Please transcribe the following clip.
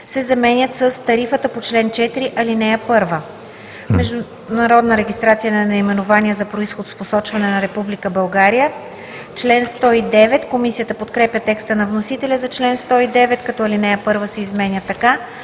се заменят с „тарифата по чл. 4, ал. 1“.“ „Международна регистрация на наименование за произход с посочване на Република България – чл. 109“. Комисията подкрепя текста на вносителя за чл. 109, като ал. 1 се изменя така: